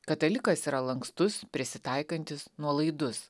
katalikas yra lankstus prisitaikantis nuolaidus